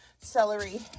celery